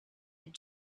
had